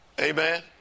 Amen